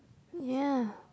ya